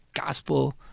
gospel